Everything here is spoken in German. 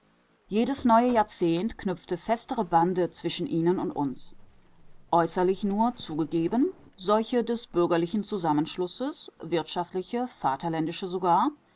jedes neue jahrzehnt knüpfte festere bande zwischen ihnen und uns äußerlich nur zugegeben solche des bürgerlichen zusammenschlusses wirtschaftliche vaterländische sogar